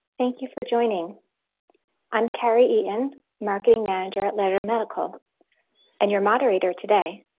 thank you for joining i'm carrie eaton marketing manager at lehrer medical and your moderator today?